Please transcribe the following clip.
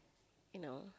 you know